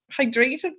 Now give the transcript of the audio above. hydrated